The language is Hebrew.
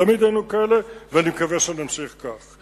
תמיד היינו כאלה, ואני מקווה שנמשיך כך.